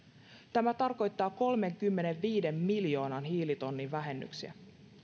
tämä tarkoittaa kolmenkymmenenviiden miljoonan hiilitonnin vähennyksiä